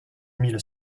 mille